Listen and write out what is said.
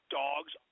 dogs